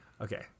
Okay